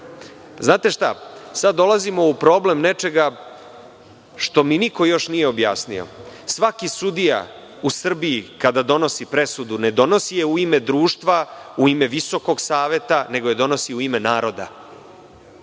šta, sada dolazimo u problem nečega što mi niko još nije objasnio. Svaki sudija u Srbiji, kada donosi presudu, ne donosi je u ime društva, u ime Visokog saveta, nego donosi je u ime naroda.